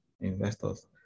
investors